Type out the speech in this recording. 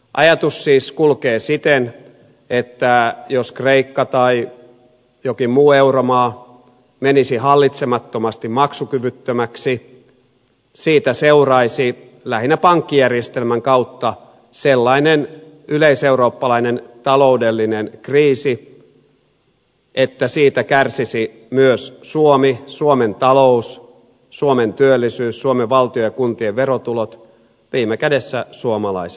ajatus siis kulkee siten että jos kreikka tai jokin muu euromaa menisi hallitsemattomasti maksukyvyttömäksi siitä seuraisi lähinnä pankkijärjestelmän kautta sellainen yleiseurooppalainen taloudellinen kriisi että siitä kärsisi myös suomi suomen talous suomen työllisyys suomen valtio ja kuntien verotulot viime kädessä suomalaiset ihmiset